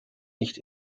nicht